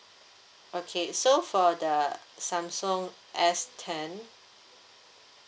okay so for the samsung S ten